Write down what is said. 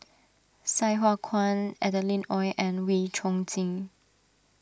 Sai Hua Kuan Adeline Ooi and Wee Chong Jin